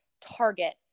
target